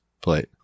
plate